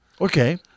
Okay